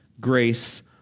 grace